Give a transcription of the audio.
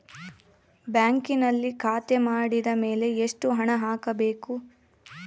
ಬ್ಯಾಂಕಿನಲ್ಲಿ ಖಾತೆ ಮಾಡಿದ ಮೇಲೆ ಎಷ್ಟು ಹಣ ಹಾಕಬೇಕು?